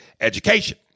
education